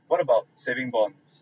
what about saving bonds